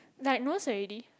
diagnose already